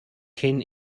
cyn